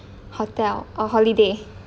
hotel uh holiday